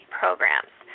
programs